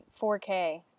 4K